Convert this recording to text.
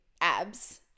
abs